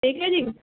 ਠੀਕ ਹੈ ਜੀ